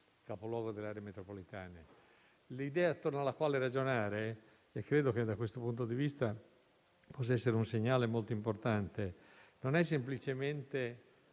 capoluogo delle aree metropolitane. L'idea attorno alla quale ragionare - e credo che da questo punto di vista possa essere un segnale molto importante - non è semplicemente